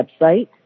website